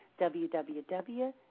www